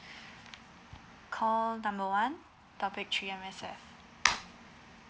call number one topic three M_S_F